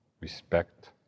respect